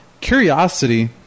curiosity